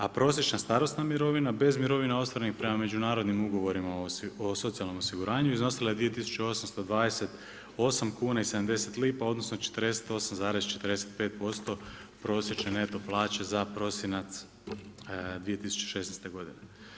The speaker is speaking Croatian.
A prosječna starosna mirovina bez mirovina ostvarenih prema međunarodnim ugovorima o socijalnom osiguranju iznosila 2828,70 lipa odnosno 48,45% prosječne neto plaće za prosinac 2016. godine.